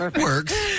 Works